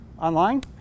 online